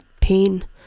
pain